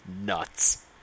nuts